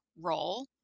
role